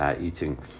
eating